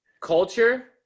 Culture